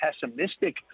pessimistic